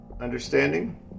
understanding